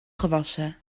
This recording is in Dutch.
gewassen